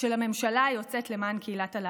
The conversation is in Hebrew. של הממשלה היוצאת למען קהילת הלהט"ב.